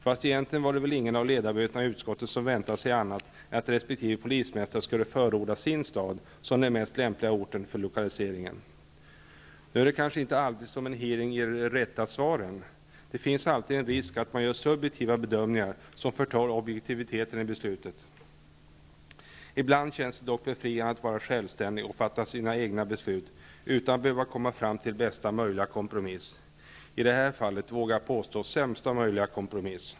Fast egentligen var det väl ingen av ledamöterna i utskottet som väntat sig något annat än att resp. polismästare skulle förorda sin stad som den mest lämpliga orten för lokaliseringen. Nu är det kanske inte alltid som en hearing ger de rätta svaren. Det finns ständigt en risk att man gör subjektiva bedömningar som förtar objektiviteten i beslutet. Ibland känns det dock befriande att vara självständig och fatta egna beslut utan att behöva komma fram till bästa möjliga kompromiss -- i det här fallet, vågar jag påstå, sämsta möjliga kompromiss.